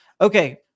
Okay